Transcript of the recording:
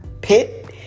pit